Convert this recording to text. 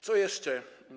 Co jeszcze?